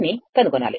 ను కనుగొనాలి